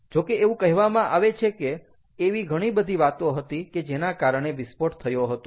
જો કે એવું કહેવામાં આવે છે કે એવી ઘણી બધી વાતો હતી કે જેના કારણે વિસ્ફોટ થયો હતો